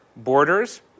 Borders